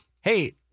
hey